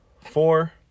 four